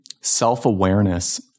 Self-awareness